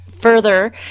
further